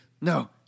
no